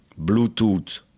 Bluetooth